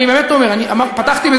חבר'ה, זאת בדיחה, אני באמת אומר.